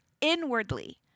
inwardly